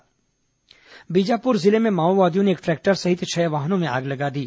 माओवादी आगजनी बीजापुर जिले में माओवादियों ने एक ट्रैक्टर सहित छह वाहनों में आग लगा दी